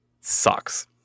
sucks